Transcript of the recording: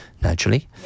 naturally